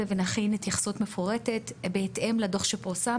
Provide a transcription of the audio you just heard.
ונכין התייחסות מפורטת בהתאם לדוח שפורסם,